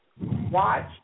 Watch